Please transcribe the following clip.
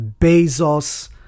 Bezos